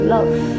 Love